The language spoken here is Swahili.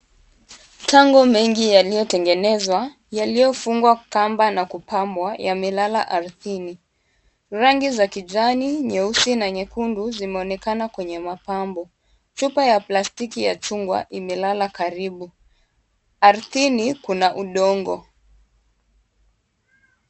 Tango mengi yaliyotengenezwa, yaliyofungwa kamba na kupambwa, yamelala ardhini. Rangi za kijani, nyeusi na nyekundu zimeonekana kwenye mapambo. Chupa ya plastiki ya chungwa imelala karibu. Ardhini kuna udongo.